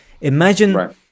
imagine